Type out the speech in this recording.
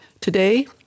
Today